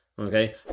Okay